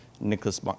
Nicholas